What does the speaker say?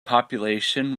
population